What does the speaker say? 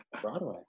Broadway